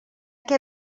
què